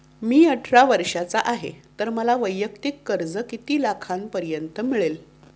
मी अठरा वर्षांचा आहे तर मला वैयक्तिक कर्ज किती लाखांपर्यंत मिळेल?